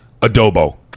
Adobo